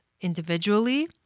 individually